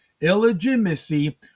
illegitimacy